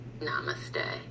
Namaste